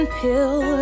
pill